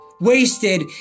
wasted